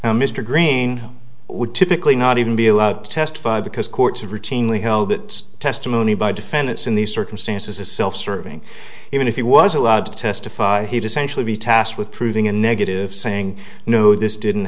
now mr green would typically not even be allowed to testify because courts have routinely held that testimony by defendants in these circumstances is self serving even if he was allowed to testify he descension be tasked with proving a negative saying no this didn't